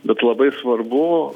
bet labai svarbu